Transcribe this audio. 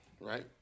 Right